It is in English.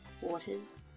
waters